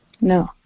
No